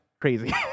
crazy